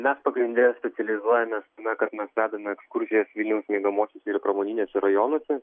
mes pagrinde specializuojamės tame kad mes vedame ekskursijas vilniaus miegamuosiuose ir pramoniniuose rajonuose